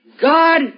God